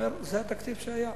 זה התקציב שהיה.